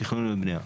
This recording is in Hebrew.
תכנון ובנייה.